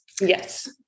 Yes